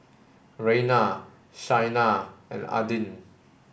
Rayna Shaina and Adin